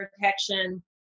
protection